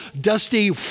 dusty